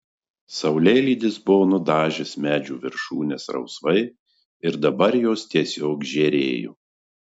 saulėlydis buvo nudažęs medžių viršūnes rausvai ir dabar jos tiesiog žėrėjo